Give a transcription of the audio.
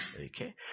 Okay